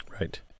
Right